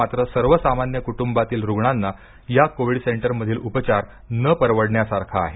मात्र सर्वसामान्य कुंटूबातील रुग्णांना या कोविड सेंटरमधील उपचार न परवडण्यासारखा आहे